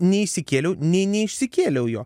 nei išsikėliau nei neišsikėliau jo